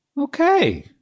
Okay